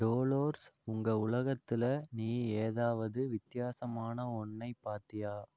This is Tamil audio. டோலோர்ஸ் உங்கள் உலத்தில் நீ ஏதாவது வித்தியாசமான ஒன்றை பார்த்தியா